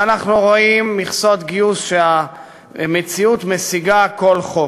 ואנחנו רואים מכסות גיוס שהמציאות משיגה כל חוק.